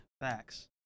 Facts